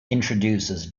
introduces